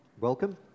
Welcome